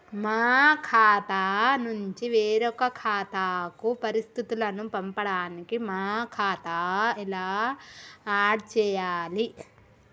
మా ఖాతా నుంచి వేరొక ఖాతాకు పరిస్థితులను పంపడానికి మా ఖాతా ఎలా ఆడ్ చేయాలి?